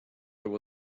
there